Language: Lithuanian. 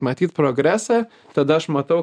matyt progresą tada aš matau